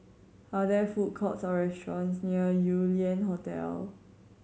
are there food courts or restaurants near Yew Lian Hotel